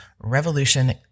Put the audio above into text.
Revolution